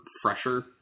fresher